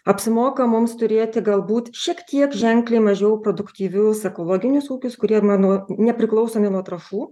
apsimoka mums turėti galbūt šiek tiek ženkliai mažiau produktyvius ekologinius ūkius kurie mano nepriklausomi nuo trąšų